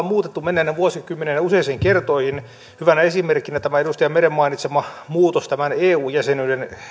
muutettu menneinä vuosikymmeninä useita kertoja hyvänä esimerkkinä tämä edustaja meren mainitsema muutos eu jäsenyyden